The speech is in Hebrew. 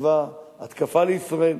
בצבא התקפה לישראל,